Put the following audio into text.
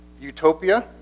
utopia